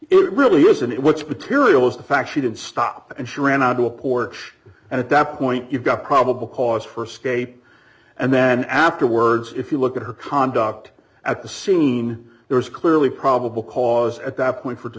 it really isn't it what's patil is the fact she did stop and she ran out to a porch and at that point you've got probable cause for scape and then afterwards if you look at her conduct at the scene there is clearly probable cause at that point for